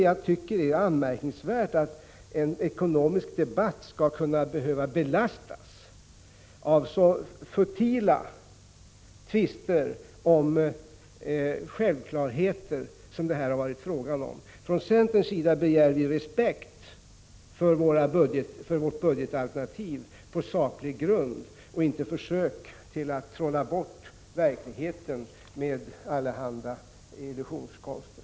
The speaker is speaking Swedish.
Jag tycker det är anmärkningsvärt att en ekonomisk debatt skall behöva belastas av så futila tvister om självklarheter som det här varit fråga om. Från centern begär vi respekt för vårt budgetalternativ på saklig grund, inte försök till att trolla bort verkligheten med allehanda illusionskonster.